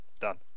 Done